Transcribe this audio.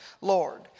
Lord